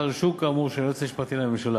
אישור כאמור של היועץ המשפטי לממשלה.